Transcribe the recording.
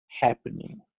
happening